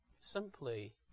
simply